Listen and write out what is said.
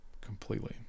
completely